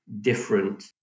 different